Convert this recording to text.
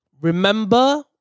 remember